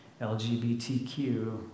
LGBTQ